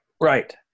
Right